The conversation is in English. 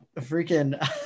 freaking